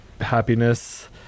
happiness